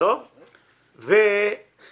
זה לא